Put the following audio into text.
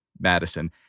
Madison